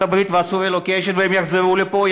הברית ועשו relocation ויחזרו לפה,